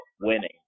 winning